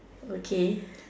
okay